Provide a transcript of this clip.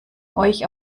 euch